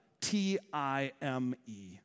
T-I-M-E